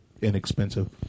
inexpensive